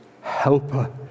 helper